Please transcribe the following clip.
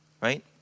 right